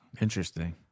Interesting